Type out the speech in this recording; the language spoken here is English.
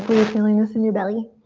feeling this in your belly.